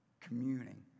communing